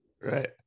right